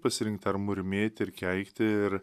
pasirinkt ar murmėt ir keikti ir